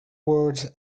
words